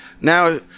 now